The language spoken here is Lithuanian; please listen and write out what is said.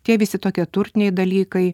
tie visi tokie turtiniai dalykai